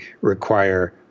require